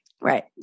Right